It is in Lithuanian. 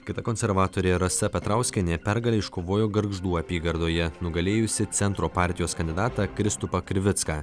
kita konservatorė rasa petrauskienė pergalę iškovojo gargždų apygardoje nugalėjusi centro partijos kandidatą kristupą krivicką